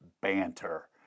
banter